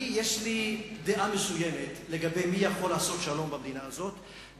לי יש דעה מסוימת לגבי מי יכול לעשות שלום במדינה הזאת,